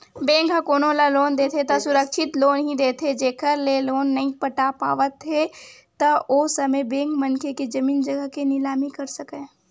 bank ह कोनो ल लोन देथे त सुरक्छित लोन ही देथे जेखर ले लोन नइ पटा पावत हे त ओ समे बेंक मनखे के जमीन जघा के निलामी कर सकय